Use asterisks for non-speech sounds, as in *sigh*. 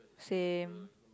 same *noise*